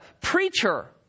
preacher